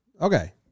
Okay